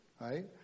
right